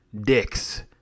Dicks